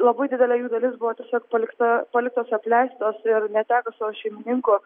labai didelė jų dalis buvo tiesiog palikta paliktos apleistos ir netekusios šeimininko